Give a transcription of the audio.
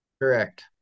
correct